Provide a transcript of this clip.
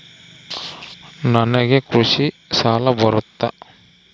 ನನಗೆ ಕೃಷಿ ಸಾಲ ಬರುತ್ತಾ?